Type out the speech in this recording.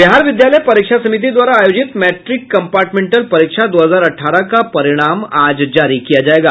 बिहार विद्यालय परीक्षा समिति द्वारा आयोजित मैट्रिक कंपार्टमेंटल परीक्षा दो हजार अठारह का परिणाम आज जारी किया जायेगा